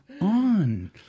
on